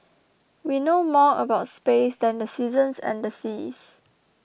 we know more about space than the seasons and the seas